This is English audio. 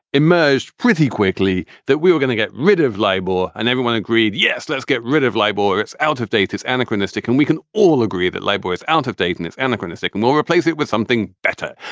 emerged pretty quickly that we were gonna get rid of libel. and everyone agreed. yes, let's get rid of libel or it's out-of-date, it's anachronistic. and we can all agree that libraries out-of-date and it's anachronistic and will replace it with something better.